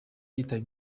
yitaba